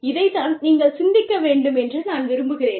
இதைத்தான் நீங்கள் சிந்திக்கவேண்டும் என்று நான் விரும்புகிறேன்